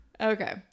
okay